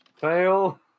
Fail